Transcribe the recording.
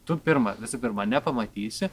tu pirma visų pirma nepamatysi